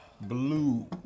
Blue